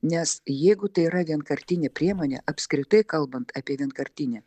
nes jeigu tai yra vienkartinė priemonė apskritai kalbant apie vienkartinę